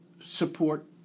Support